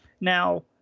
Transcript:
Now